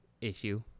issue